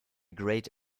great